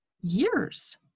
years